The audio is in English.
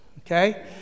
okay